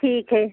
ठीक है